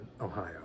Ohio